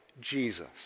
Jesus